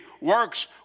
works